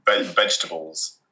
Vegetables